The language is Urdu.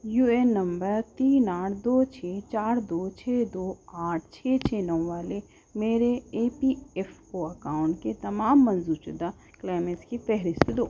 یو اے این نمبر تین آٹھ دو چھ چار دو چھ دو آٹھ چھ چھ نو والے میرے E P F O account کے تمام منظور شدہ کلیمیز کی فہرست دو